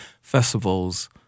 festivals